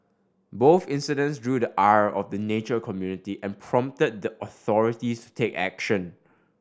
both incidents drew the ire of the nature community and prompted the authorities to take action